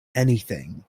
anything